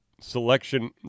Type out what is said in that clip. selection